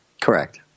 Correct